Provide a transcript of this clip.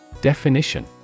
Definition